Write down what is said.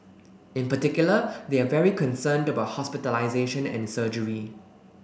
in particular they are very concerned about hospitalisation and surgery